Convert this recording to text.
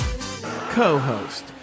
co-host